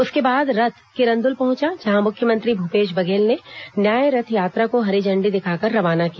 उसके बाद रथ किरन्दुल पहुंचा जहां मुख्यमंत्री भूपेश बघेल ने न्याय रथ यात्रा को हरी झंडी दिखाकर रवाना किया